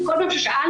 ובכל פעם ששאלנו,